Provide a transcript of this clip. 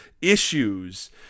issues